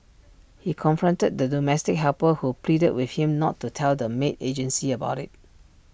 he confronted the domestic helper who pleaded with him not to tell the maid agency about IT